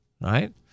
right